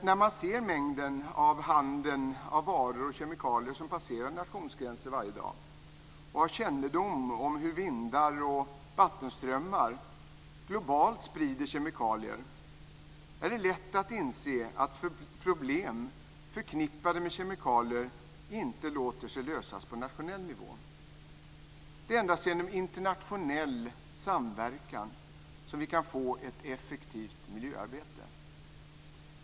När man ser mängden i handeln med varor och kemikalier som varje dag passerar nationsgränser och har kännedom om hur vindar och vattenströmmar globalt sprider kemikalier är det lätt att inse att problem förknippade med kemikalier inte låter sig lösas på nationell nivå. Det är endast genom internationell samverkan som vi kan få ett effektivt miljöarbete.